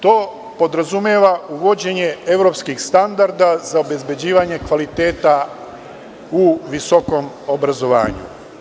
To podrazumeva uvođenje evropskih standarda za obezbeđivanje kvaliteta u visokom obrazovanju.